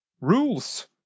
rules